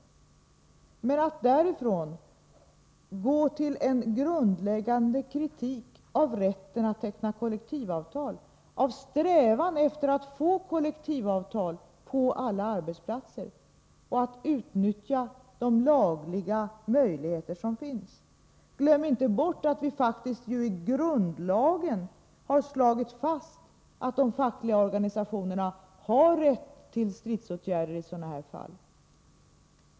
Men man bör inte därifrån övergå till kritik av den grundläggande rätten att teckna kollektivavtal, av strävan efter att få kollektivavtal på alla arbetsplatser och att utnyttja de lagliga möjligheter som finns. Glöm inte bort att vi faktiskt i grundlag har slagit fast att de fackliga organisationerna har rätt till stridsåtgärder i sådana här fall!